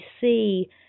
see